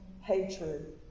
hatred